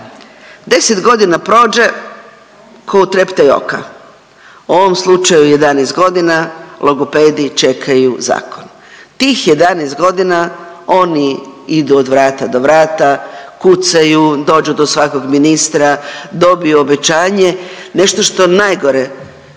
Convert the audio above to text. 10 godina prođe ko u treptaj oka, u ovom slučaju 11 godina logopedi čekaju zakon. Tih 11 godina oni idu od vrata do vrata, kucaju dođu do svakog ministra, dobiju obećanje, nešto što je najgore. To je